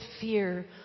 fear